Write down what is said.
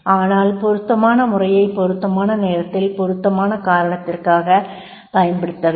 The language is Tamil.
ஆனால் பொருத்தமான முறையை பொருத்தமான நேரத்தில் பொருத்தமான காரணத்திற்காகப் பயன்படுத்த வேண்டும்